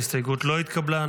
ההסתייגות לא התקבלה.